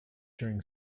during